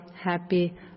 happy